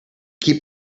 keep